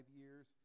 years